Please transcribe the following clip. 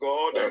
God